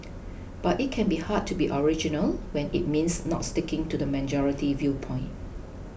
but it can be hard to be original when it means not sticking to the majority viewpoint